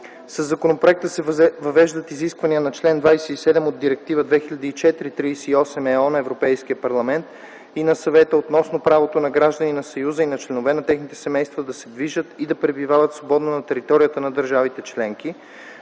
Със законопроекта се въвеждат изискванията на чл. 27 от Директива 2004/38/ЕО на Европейския парламент и на Съвета относно правото на граждани на Съюза и на членове на техните семейства да се движат и да пребивават свободно на територията на държавите членки,